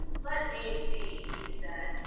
let me see, he said,